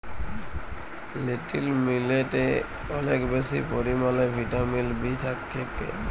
little মিলেটে অলেক বেশি পরিমালে ভিটামিল বি থ্যাকে